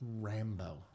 Rambo